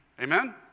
Amen